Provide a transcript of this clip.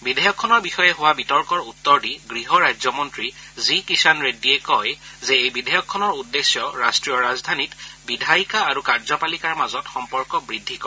বিধেয়কখনৰ ওপৰত হোৱা বিতৰ্কৰ উত্তৰ দি গৃহ ৰাজ্যমন্ত্ৰী জি কিষাণ ৰেড্ডীয়ে কয় যে এই বিধেয়কখনৰ উদ্দেশ্য ৰাষ্ট্ৰীয় ৰাজধানীত বিধায়িকা আৰু কাৰ্যপালিকাৰ মাজত সম্পৰ্ক বৃদ্ধি কৰা